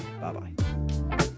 Bye-bye